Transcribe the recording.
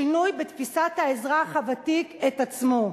שינוי בתפיסת האזרח הוותיק את עצמו,